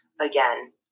again